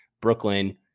Brooklyn